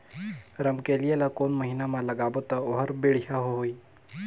रमकेलिया ला कोन महीना मा लगाबो ता ओहार बेडिया होही?